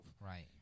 Right